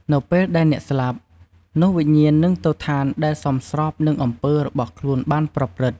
ពេលដែលអ្នកស្លាប់ នោះវិញ្ញាណនឹងទៅឋានដែលសមស្របនឹងអំពើរបស់ខ្លួនបានប្រព្រឹត្ត។